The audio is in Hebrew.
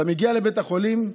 אתה מגיע לבית החולים,